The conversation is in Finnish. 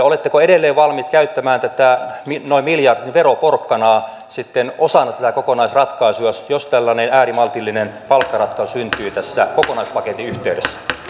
oletteko edelleen valmiit käyttämään tätä noin miljardin veroporkkanaa sitten osana tätä kokonaisratkaisua jos tällainen äärimaltillinen palkkaratkaisu syntyy tässä kokonaispaketin yhteydessä